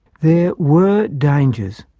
there were dangers.